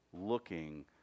looking